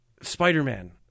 Spider-Man